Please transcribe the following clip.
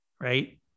right